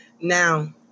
Now